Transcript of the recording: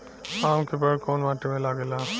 आम के पेड़ कोउन माटी में लागे ला?